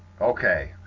Okay